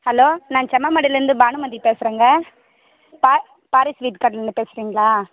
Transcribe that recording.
hello நான் செம்மமடையிலருந்து பானுமதி பேசுகிறேங்க பா பாரி ஸ்வீட் கடையிலருந்து பேசுகிறிங்களா